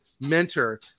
mentor